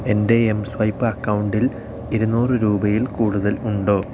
എൻ്റെ എംസ്വൈപ്പ് അക്കൗണ്ടിൽ ഇരുനൂറ് രൂപയിൽ കൂടുതൽ ഉണ്ടോ